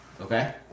okay